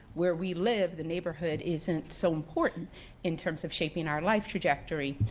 where we live, the neighborhood, isn't so important in terms of shaping our life trajectory.